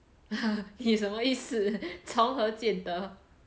你什么意思从何见得